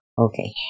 Okay